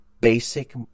basic